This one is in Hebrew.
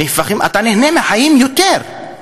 אתה נהנה מהחיים יותר.